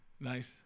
Nice